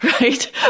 right